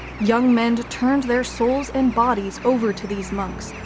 young men turned their souls and bodies over to these monks,